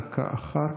דקה אחת.